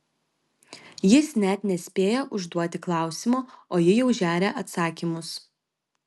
jis net nespėja užduoti klausimo o ji jau žeria atsakymus